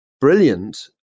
brilliant